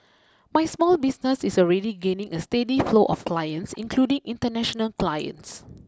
my small business is already gaining a steady flow of clients including international clients